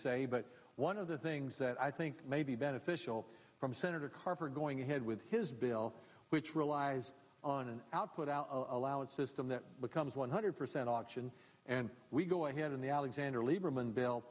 say but one of the things that i think may be beneficial from senator carper going ahead with his bill which relies on an output out aloud system that becomes one hundred percent option and we go ahead in the alexander lieberman bill